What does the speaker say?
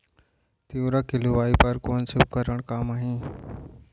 तिंवरा के लुआई बर कोन से उपकरण काम आही?